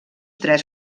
tres